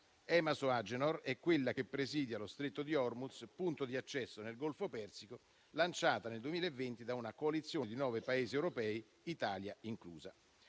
Emasoh-Agenor, è quella che presidia lo Stretto di Hormuz, punto di accesso nel Golfo Persico, lanciata nel 2020 da una coalizione di nove Paesi europei, Italia inclusa.